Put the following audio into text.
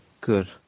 good